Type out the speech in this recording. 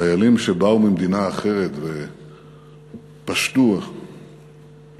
חיילים שבאו ממדינה אחרת ופשטו לתוכה,